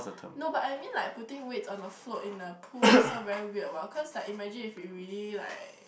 no but I mean like putting weights on a float in the pool also very weird what cause like imagine if it really like